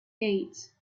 eight